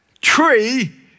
tree